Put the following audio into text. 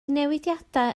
newidiadau